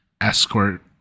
escort